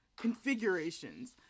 configurations